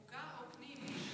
חוקה או פנים?